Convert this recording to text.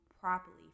properly